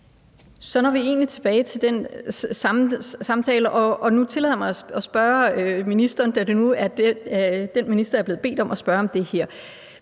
Så når vi egentlig tilbage til den samtale, og nu tillader jeg mig at spørge ministeren, da det nu er den minister, jeg er blevet bedt om at spørge om det her: